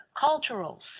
cultural